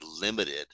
limited